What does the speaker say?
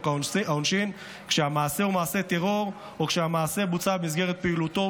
העונשין כשהמעשה הוא מעשה טרור או כשהמעשה בוצע במסגרת פעילותו